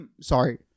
Sorry